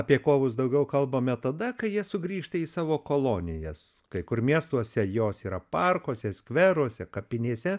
apie kovus daugiau kalbame tada kai jie sugrįžta į savo kolonijas kai kur miestuose jos yra parkuose skveruose kapinėse